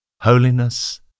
holiness